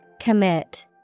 Commit